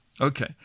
Okay